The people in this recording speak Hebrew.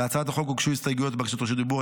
להצעת החוק הוגשו הסתייגויות ובקשות דיבור.